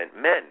men